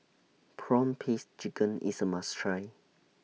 Prawn Paste Chicken IS A must Try